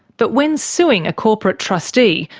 but when suing a corporate trustee,